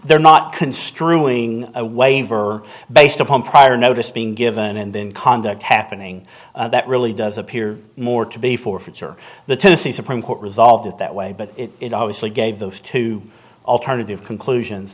they're not construing a waiver based upon prior notice being given and then conduct happening that really does appear more to be forfeiture the tennessee supreme court resolved it that way but it obviously gave those two alternative conclusions